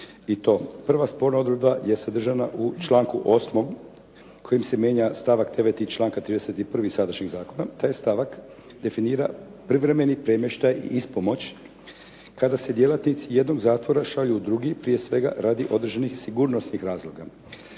prva sporna odredba je sadržana u članku 8. kojim se mijenja stavak 9. članka 31. sadašnjeg zakona. Taj stavak definira privremeni premještaj i ispomoć kada se djelatnici jednog zatvora šalju u drugi, prije svega radi određenih sigurnosnih razloga.